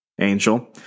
Angel